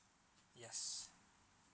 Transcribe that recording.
yes